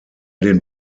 den